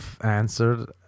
answered